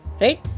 Right